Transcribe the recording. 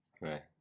Right